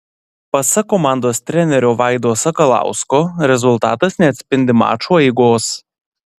pasak komandos trenerio vaido sakalausko rezultatas neatspindi mačo eigos